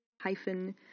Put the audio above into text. hyphen